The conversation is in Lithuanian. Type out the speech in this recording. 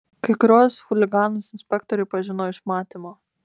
kai kuriuos chuliganus inspektoriai pažino iš matymo